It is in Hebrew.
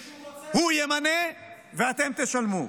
מי שהוא רוצה --- הוא ימנה, ואתם תשלמו.